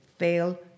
Fail